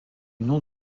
nom